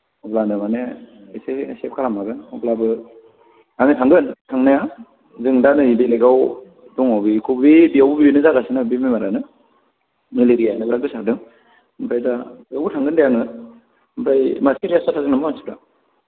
अब्लानो माने एसे सेभ खालामनो हागोन अब्लाबो आङो थांगोन थांनाया जों दा नै बेलेगाव दङ बेखौनो बेयावबो बेनो जागासिनो बे बेमारानो मेलेरियानो बिराद गोसारदों ओमफ्राय दा थेवबो थांगोन दा आङो ओमफ्राय मा सिरियास जाथारदों नामा मानसिफ्रा